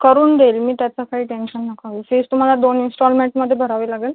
करून देईल मी त्याचं काही टेन्शन नका घेऊ फीज तुम्हाला दोन इंस्टाॅलमेंटमध्ये भरावी लागेल